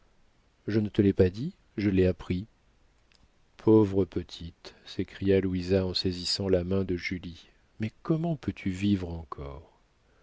je ne te l'ai pas dit je l'ai appris pauvre petite s'écria louisa en saisissant la main de julie mais comment peux-tu vivre encore